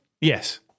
Yes